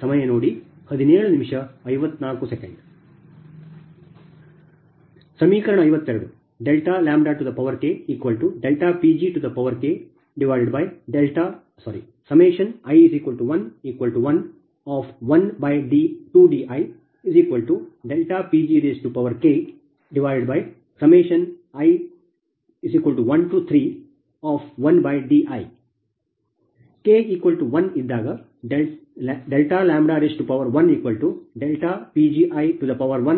ಸಮೀಕರಣ 52 KPgKi1m12diPgKi1312di k1 ಇದ್ದಾಗ Pgi12d112d212d3